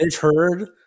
heard